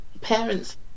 parents